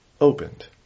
opened